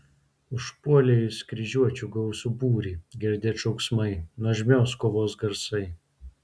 užpuolė jis kryžiuočių gausų būrį girdėt šauksmai nuožmios kovos garsai